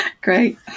Great